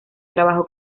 trabajó